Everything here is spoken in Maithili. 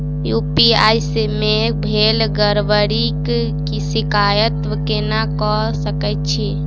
यु.पी.आई मे भेल गड़बड़ीक शिकायत केना कऽ सकैत छी?